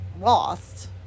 lost